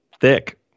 thick